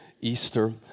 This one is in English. Easter